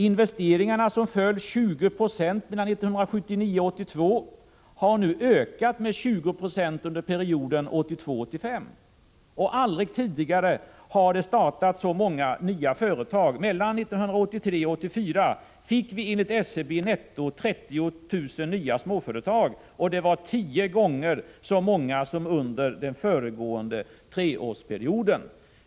Investeringarna, som föll med 20 90 1979-1982 har nu ökat med 20 26 under perioden 1982-1985. Aldrig tidigare har det startats så många nya företag. 1983-1984 fick vi enligt SCB:s uppgifter netto 30 000 nya småföretag. Det var tio gånger så många som under den föregående treårsperioden.